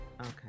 Okay